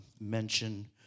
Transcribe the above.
mention